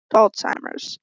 Alzheimer's